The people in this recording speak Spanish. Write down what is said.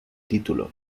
título